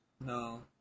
No